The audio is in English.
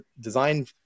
design